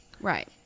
Right